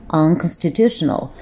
unconstitutional